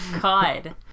God